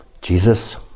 Jesus